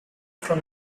from